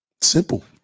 Simple